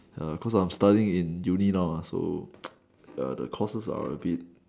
err cause I'm studying in uni now so the courses are abit